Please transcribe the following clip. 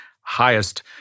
highest